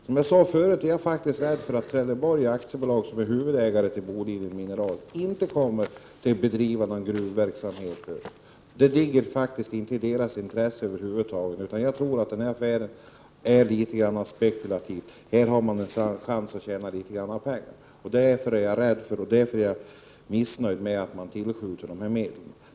Som jag sade förut, är jag rädd för att Trelleborg AB, som är huvudägare till Boliden Mineral, inte kommer att bedriva någon gruvverksamhet. Det ligger faktiskt inte i Trelleborgs intresse över huvud taget, utan jag tror att Prot. 1988/89:45 affären är litet grand av en spekulation — här finns en chans att tjäna pengar. 14 december 1988 Därför är jag missnöjd med att staten skjuter till de här medlen.